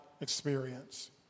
experience